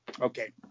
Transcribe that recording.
Okay